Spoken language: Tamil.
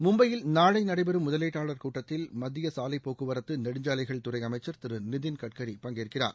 மும்பையில் நாளை நடைபெறும் முதலீட்டாளர் கூட்டத்தில் மத்திய சாலைப் போக்குவரத்து நெடுஞ்சாலைகள் துறை அமைச்சர் திரு நிதின் கட்கரி பங்கேற்கிறார்